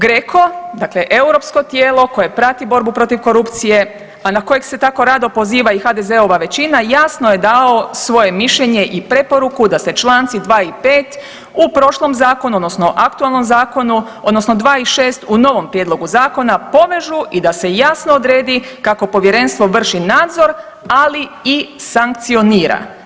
GREKO, dakle europsko tijelo koje prati borbu protiv korupcije, a na kojeg se tako rado poziva i HDZ-ova većina jasno je dao svoje mišljenje i preporuku da se čl. 2 i 5 u prošlom zakonu, odnosno aktualnom zakonu, odnosno 2 i 6 u novom prijedlogu zakona povežu i da se jasno odredi kako povjerenstvo vrši nadzor ali i sankcionira.